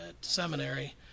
seminary